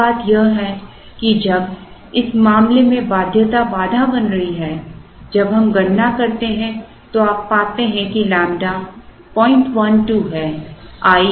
अन्य बात यह है कि जब इस मामले में बाध्यता बाधा बन रही है जब हम गणना करते हैं तो आप पाते हैं कि लैम्ब्डा 012 है लगभग 02 है